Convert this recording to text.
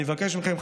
אני מבקש מכם,